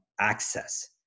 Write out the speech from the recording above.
access